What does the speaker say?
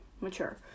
mature